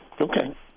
Okay